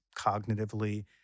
cognitively